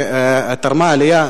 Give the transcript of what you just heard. שתרמה העלייה,